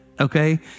okay